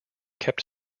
kept